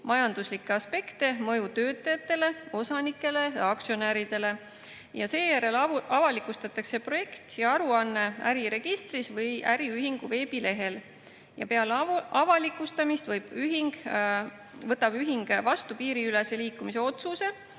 majanduslikke aspekte, mõju töötajatele, osanikele või aktsionäridele. Seejärel avalikustatakse projekt ja aruanne äriregistris või äriühingu veebilehel. Peale avalikustamist võtab ühing vastu piiriülese liikumise otsuse